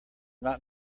not